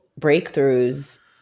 breakthroughs